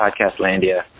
Podcastlandia